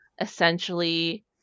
essentially